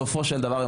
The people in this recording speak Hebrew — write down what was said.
בסופו של דבר,